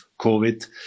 COVID